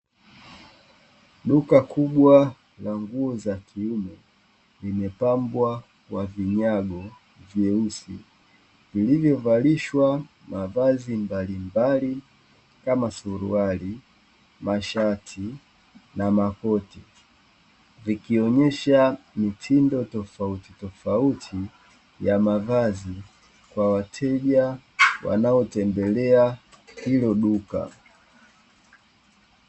Duka kubwa la nguo za kiume, limepambwa kwa vinyago vyeusi vilivyovalishwa mavazi mbalimbali kama suruali, mashati na makoti, vikionyesha mitindo tofauti tofauti ya mavazi kwa wateja wanaotembelea hilo duka.